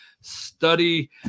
Study